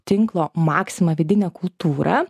tinklo maxima vidinę kultūrą